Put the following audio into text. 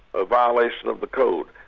a violation of the code.